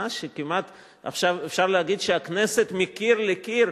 כזאת שכמעט אפשר לומר שהכנסת מקיר לקיר